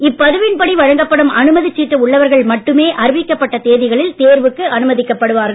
இப்பதிவின்படியே வழங்கப்படும் அனுமதி சீட்டு உள்ளவர்கள் மட்டுமே அறிவிக்கப்பட்ட தேதிகளில் தேர்வுக்கு அனுமதிக்கப்படுவார்கள்